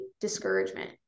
discouragement